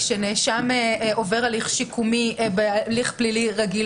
כאשר נאשם עובר הליך שיקומי בהליך פלילי רגיל